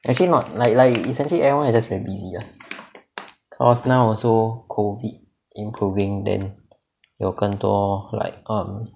actually not like like essentially everyone is just very busy lah cause now also COVID improving then 有更多 like um